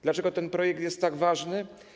Dlaczego ten projekt jest tak ważny?